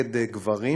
נגד גברים,